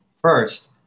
first